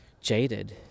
jaded